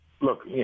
look